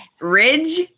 ridge